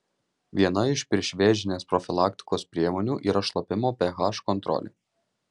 viena iš priešvėžinės profilaktikos priemonių yra šlapimo ph kontrolė